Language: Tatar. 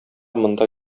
монда